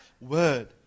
word